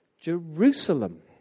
Jerusalem